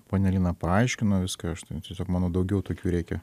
ponia lina paaiškino viską aš tai tiesiog manau daugiau tokių reikia